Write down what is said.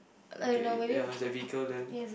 okay ya there is a vehicle there